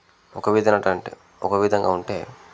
ఒక విదనటంటే ఒక విధంగా ఉంటే